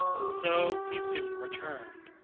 and so he soon returned,